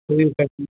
ठीक है ठी